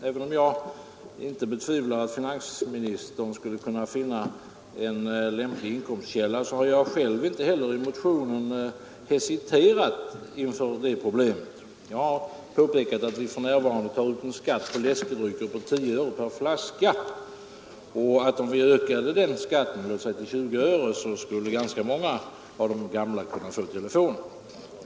Även om jag inte betvivlar att finansministern skulle kunna finna en lämplig inkomstkälla, har jag i motionen inte hesiterat inför det problemet — jag har påpekat att vi för närvarande tar ut en skatt på läskedrycker med 10 öre per flaska och att ganska många av de gamla skulle kunna få telefon, om vi ökade den skatten till 20 öre.